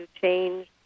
change